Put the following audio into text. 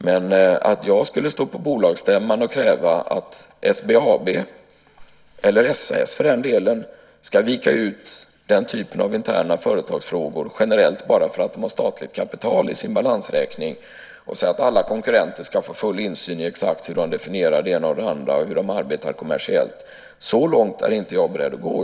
Jag kan inte stå på en bolagsstämma och kräva att SBAB, eller SAS för den delen, generellt ska vika ut denna typ av interna företagsfrågor bara för att de har statligt kapital i sin balansräkning och säga att alla konkurrenter ska få full insyn i exakt hur de definierar det ena och de andra och hur de arbetar kommersiellt. Så långt är inte jag beredd att gå.